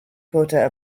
quarter